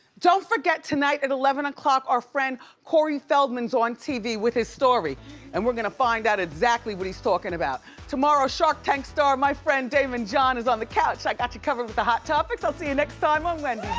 don't forget tonight, at eleven o'clock, our friend corey feldman's on tv with his story and we're gonna find out exactly what he's talking about. tomorrow, shark tank star, my friend daymond john is on the couch. i got you covered with the hot topics, i'll see you next time on wendy,